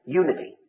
unity